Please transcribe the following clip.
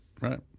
Right